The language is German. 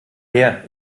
her